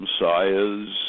messiahs